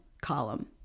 column